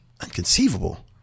Unconceivable